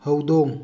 ꯍꯧꯗꯣꯡ